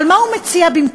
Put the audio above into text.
אבל מה הוא מציע במקום?